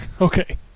Okay